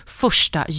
första